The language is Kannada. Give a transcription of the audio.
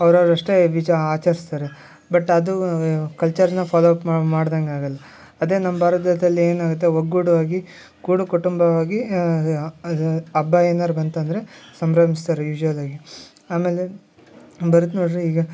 ಅವ್ರು ಅವ್ರು ಅಷ್ಟೇ ಆಚರಿಸ್ತಾರೆ ಬಟ್ ಅದು ಕಲ್ಚರನ್ನ ಫಾಲೋ ಅಪ್ ಮಾಡ್ದಂಗೆ ಆಗೋಲ್ಲ ಅದೇ ನಮ್ಮ ಭಾರತದಲ್ಲಿ ಏನಾಗುತ್ತೆ ಒಗ್ಗೂಡು ಆಗಿ ಕೂಡು ಕುಟುಂಬವಾಗಿ ಅದು ಹಬ್ಬ ಏನಾದ್ರು ಬಂತಂದರೆ ಸಂಭ್ರಮಿಸ್ತಾರೆ ಯೂಶಲ್ಲಾಗಿ ಆಮೇಲೆ ಬರುತ್ತೆ ನೋಡಿರಿ ಈಗ